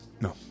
no